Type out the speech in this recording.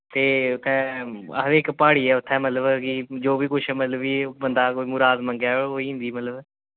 ते उत्थै आखदे कि इक प्हाड़ी ऐ उत्थै मतलब कि जो बी किश मतलब कि बंदा कोई मुराद मंगै होई जंदी मतलब